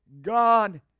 God